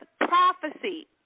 Prophecy